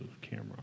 camera